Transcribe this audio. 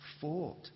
fought